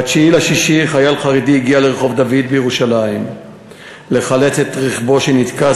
ב-9 ביוני חייל חרדי הגיע לרחוב דוד בירושלים לחלץ את רכבו שנתקע.